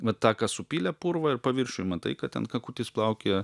va tą ką supylė purvą ir paviršiuj matai kad ten kakutis plaukioja